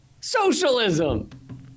socialism